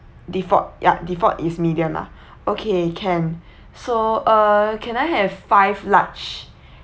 default yup default is medium lah okay can so uh can I have five large